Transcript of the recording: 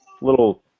little